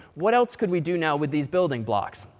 what else could we do now with these building blocks?